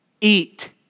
eat